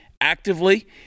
actively